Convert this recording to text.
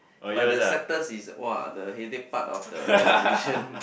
but the is !wah! the headache part of the renovation